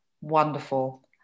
wonderful